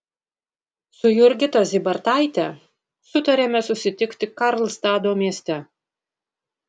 su jurgita zybartaite sutarėme susitikti karlstado mieste